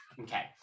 okay